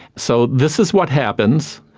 so this is what happens,